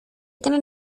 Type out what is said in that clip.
tener